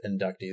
inductees